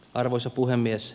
arvoisa puhemies